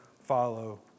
follow